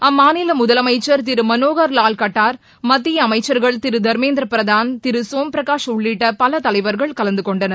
அம்மாநில முதலமைச்சர் திரு மளோகர் வால் கட்டார் மத்திய அமைச்சர்கள் திரு தர்மேந்திர பிரதாள் திரு சோம் பிரகாஷ் உள்ளிட்ட பல தலைவர்கள் கலந்துகொண்டனர்